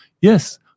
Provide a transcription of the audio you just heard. Yes